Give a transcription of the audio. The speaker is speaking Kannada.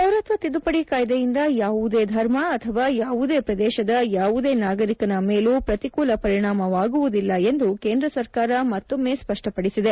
ಪೌರತ್ವ ತಿದ್ದುಪಡಿ ಕಾಯ್ದೆಯಿಂದ ಯಾವುದೇ ಧರ್ಮ ಅಥವಾ ಯಾವುದೇ ಪ್ರದೇಶದ ಯಾವುದೇ ನಾಗರಿಕನ ಮೇಲೂ ಪ್ರತಿಕೂಲ ಪರಿಣಾಮವಾಗುವುದಿಲ್ಲ ಎಂದು ಕೇಂದ್ರ ಸರ್ಕಾರ ಮತ್ತೊಮ್ಮೆ ಸ್ಪಷ್ಟಪದಿಸಿದೆ